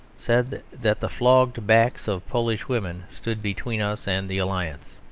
said that the flogged backs of polish women stood between us and the alliance.